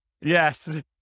yes